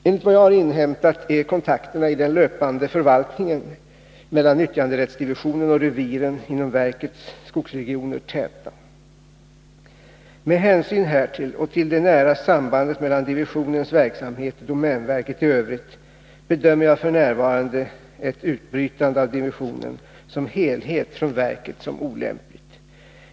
Enligt vad jag har inhämtat är kontakterna i den löpande förvaltningen mellan nyttjanderättsdivisionen och reviren inom verkets skogsregioner täta. Med hänsyn härtill och till det nära sambandet mellan divisionens verksamhet och domänverket i övrigt bedömer jag f. n. ett utbrytande av divisionen som helhet från verket som olämpligt.